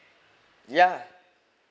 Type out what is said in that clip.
yeah